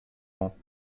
rangs